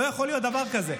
לא יכול להיות דבר כזה.